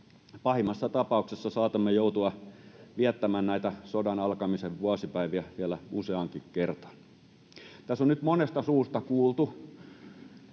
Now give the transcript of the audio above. Pahimmassa tapauksessa saatamme joutua viettämään näitä sodan alkamisen vuosipäiviä vielä useaankin kertaan. Tässä on nyt monesta suusta kuultu,